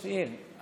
אופיר,